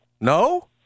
No